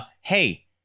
hey